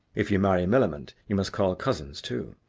if you marry millamant, you must call cousins too.